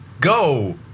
go